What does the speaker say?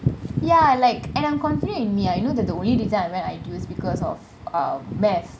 ya like and I'm confident in me I know that the only reason I went I_T_E was because of uh math